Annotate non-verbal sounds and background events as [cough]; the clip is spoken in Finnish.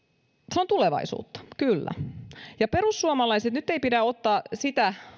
se on tulevaisuutta kyllä [unintelligible] [unintelligible] nyt ei pidä ottaa sitä